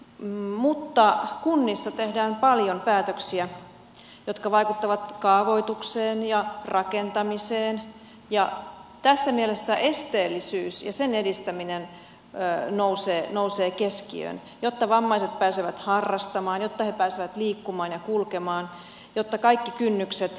mutta kunnissa tehdään paljon päätöksiä jotka vaikuttavat kaavoitukseen ja rakentamiseen ja tässä mielessä esteettömyys ja sen edistäminen nousee keskiöön jotta vammaiset pääsevät harrastamaan jotta he pääsevät liikkumaan ja kulkemaan jotta kaikki kynnykset madalletaan